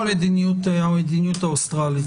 שזו המדיניות האוסטרלית.